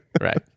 right